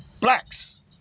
Blacks